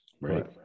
right